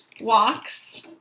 walks